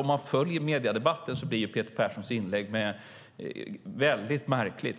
Om man följer mediedebatten blir Peter Perssons inlägg när det gäller skattefusk väldigt märkligt.